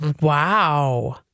Wow